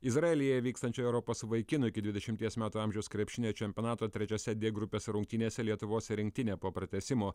izraelyje vykstančio europos vaikinų iki dvidešimties metų amžiaus krepšinio čempionato trečiose dė grupės rungtynėse lietuvos rinktinė po pratęsimo